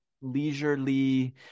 leisurely